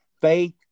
faith